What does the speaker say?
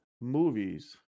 movies